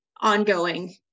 ongoing